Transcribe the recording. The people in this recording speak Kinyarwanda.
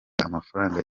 amafaranga